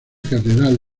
catedral